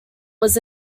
was